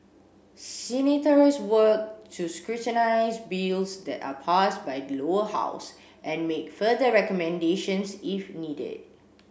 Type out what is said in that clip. senators work to scrutinise bills that are passed by the Lower House and make further recommendations if needed